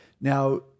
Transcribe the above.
Now